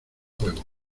fuego